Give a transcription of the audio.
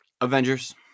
Avengers